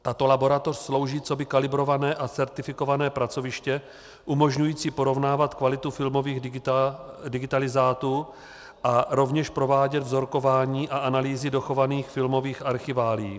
Tato laboratoř slouží coby kalibrované a certifikované pracoviště umožňující porovnávat kvalitu filmových digitalizátů a rovněž provádět vzorkování a analýzy dochovaných filmových archiválií.